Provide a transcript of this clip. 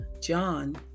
John